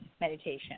meditation